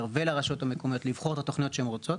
ולרשויות המקומיות לבחור את התוכניות שהו רוצות.